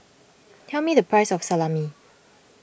tell me the price of Salami